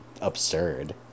absurd